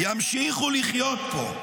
ימשיכו לחיות פה.